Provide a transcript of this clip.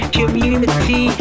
community